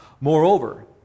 Moreover